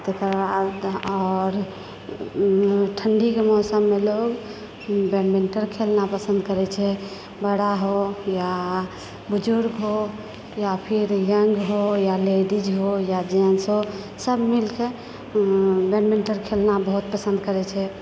तकर बाद आओर ठण्डीके मौसममऽ लोग बेडमिन्टन खेलना पसन्द करैत छै बड़ा हो या बुजुर्ग हो या फिर यङ्ग हो या लेडीज हो या जेन्टस हो सभ मिलके बैडमिन्टन खेलना बहुत पसन्द करैत छै